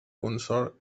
consort